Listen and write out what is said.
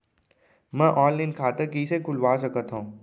मैं ऑनलाइन खाता कइसे खुलवा सकत हव?